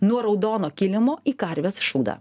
nuo raudono kilimo į karvės šūdą